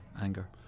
anger